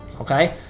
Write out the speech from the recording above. Okay